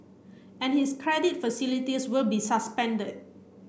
and his credit facilities will be suspended